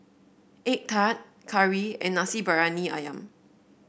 egg tart curry and Nasi Briyani ayam